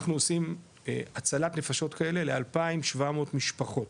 אנחנו עושים הצלת נפשות כאלה ל-2,700 משפחות,